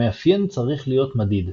המאפיין צריך להיות מדיד.